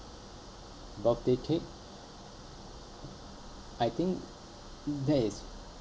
birthday cake I think that is